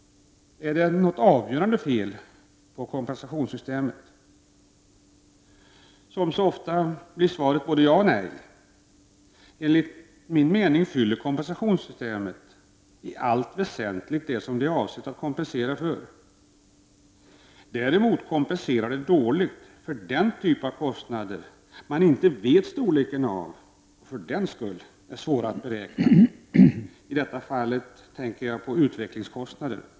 Är det något avgörande fel på kompensationssystemet? Som så ofta förr blir svaret: både ja och nej. Enligt min mening uppfyller kompensationssystemet kravet att i allt väsentligt kompensera för det som det är avsett att kompensera för. Däremot kompenserar det dåligt för den typ av kostnader som man inte vet storleken av och som därför är svåra att beräkna — i det här fallet tänker jag på utvecklingskostnader.